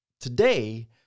Today